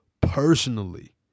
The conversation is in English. personally